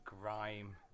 grime